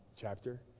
chapter